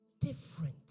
different